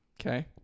Okay